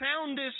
soundest